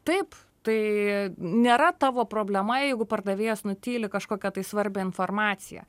taip tai nėra tavo problema jeigu pardavėjas nutyli kažkokią tai svarbią informaciją